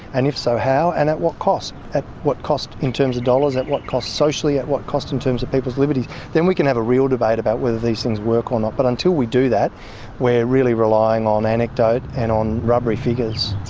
and if so how, and at what cost, at what cost in terms of dollars, at what cost socially, at what cost in terms of people's liberties? then we can have a real debate about whether these things work or not. but until we do that we are really relying on anecdote and on rubbery figures.